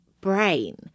brain